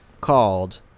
called